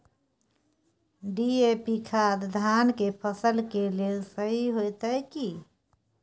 DAP खाद धान के फसल के लेल सही होतय की?